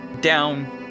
down